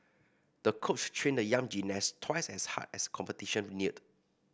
the coach trained the young gymnast twice as hard as competition neared